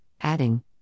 adding